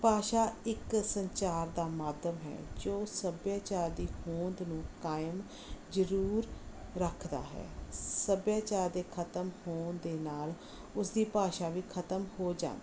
ਭਾਸ਼ਾ ਇੱਕ ਸੰਚਾਰ ਦਾ ਮਾਧਿਅਮ ਹੈ ਜੋ ਸੱਭਿਆਚਾਰ ਦੀ ਹੋਂਦ ਨੂੰ ਕਾਇਮ ਜ਼ਰੂਰ ਰੱਖਦਾ ਹੈ ਸੱਭਿਆਚਾਰ ਦੇ ਖਤਮ ਹੋਣ ਦੇ ਨਾਲ ਉਸ ਦੀ ਭਾਸ਼ਾ ਵੀ ਖਤਮ ਹੋ ਜਾਂਦੀ ਹੈ